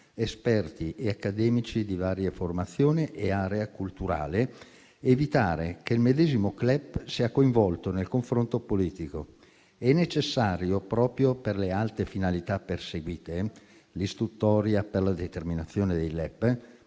esperti e accademici di varia formazione e area culturale, evitare che il medesimo CLEP sia coinvolto nel confronto politico. È necessario, proprio per le alte finalità perseguite (l'istruttoria per la determinazione dei LEP),